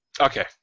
Okay